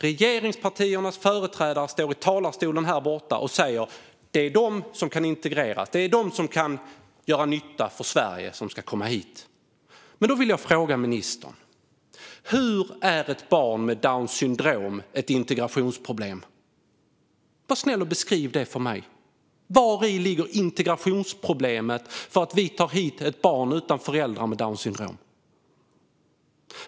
Regeringspartiernas företrädare står i talarstolen och säger att det är de som kan integreras och kan göra nytta för Sverige som ska komma hit. Men då vill jag fråga ministern: Hur är ett barn med Downs syndrom ett integrationsproblem? Var snäll och beskriv det för mig! Vari ligger integrationsproblemet när vi tar hit ett föräldralöst barn med Downs syndrom?